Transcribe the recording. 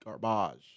garbage